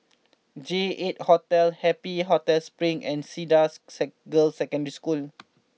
J eight Hotel Happy Hotel Spring and Cedars seg Girls' Secondary School